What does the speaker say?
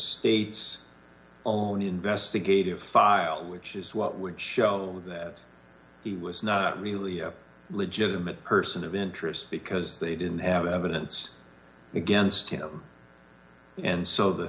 state's own investigative file which is what would show that he was not really a legitimate person of interest because they didn't have the evidence against him and so the